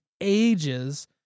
ages